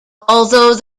although